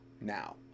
now